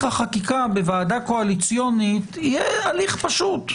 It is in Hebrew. החקיקה בוועדה קואליציונית יהיה הליך פשוט.